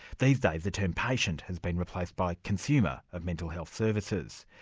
these days the term patient has been replaced by consumer of mental health services.